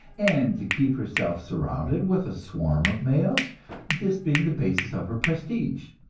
and to keep herself surrounded with a swarm of males this being the basis of her prestige,